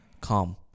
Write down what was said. calm